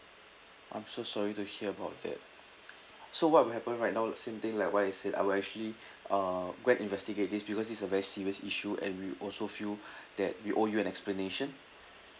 I'm so sorry to hear about that so what will happen right now same thing like what I said I will actually uh go and investigate this because this is a very serious issue and we also feel that we owe you an explanation